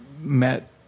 met